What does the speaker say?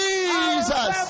Jesus